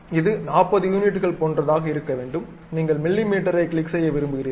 இது 40 யூனிட்டுகள் போன்றதாக இருக்க வேண்டும் நீங்கள் மிமீ கிளிக் செய்ய விரும்புகிறீர்கள்